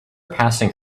passing